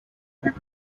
and